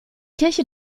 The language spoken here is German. kirche